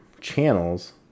channels